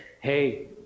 hey